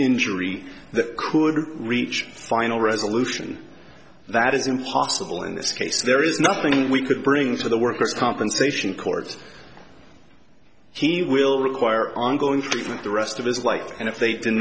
injury that could reach final resolution that is impossible in this case there is nothing we could bring to the workers compensation court he will require ongoing treatment the rest of his life and if they d